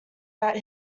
that